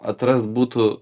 atras būtų